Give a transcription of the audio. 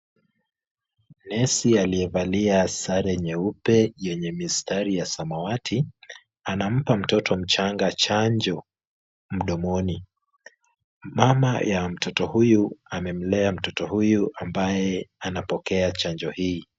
Nesi aliyevalia sare nyeupe yenye mistari ya samawati anampa mtoto mchanga chanjo mdomoni. Mama ya mtoto huyu amemlea mtoto huyu ambaye anapokea chanjo hii.